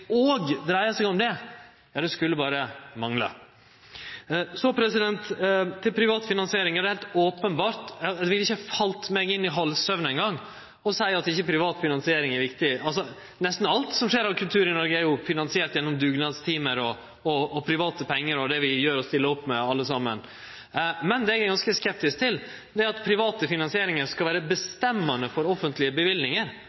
òg dreiar seg om det, ja det skulle berre mangle. Så til privat finansiering. Det ville ikkje falle meg inn, ikkje i halvsøvne ein gong, å seie at ikkje privat finansiering er viktig. Det er heilt openbert. Nesten alt som skjer av kultur i Noreg, er jo finansiert gjennom dugnadstimar og private pengar og det vi gjer og stiller opp med alle saman. Men det eg er ganske skeptisk til, er at private finansieringar skal vere